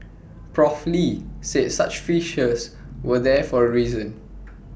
Prof lee said such features were there for A reason